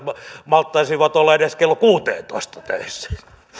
malttaisivat olla edes kello kuuteentoista töissä